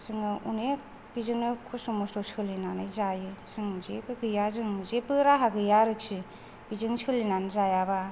जोङो गोबां बेजोंबो खसथ मसथ सोलिनानै जायो जों जेबो गैया जों जेबो राहा गैया बिजोंनो सोलिनानै जायाबा